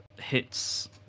hits